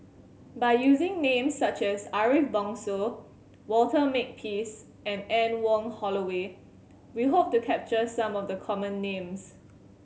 by using names such as Ariff Bongso Walter Makepeace and Anne Wong Holloway we hope to capture some of the common names